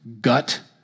gut